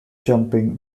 jumping